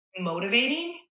motivating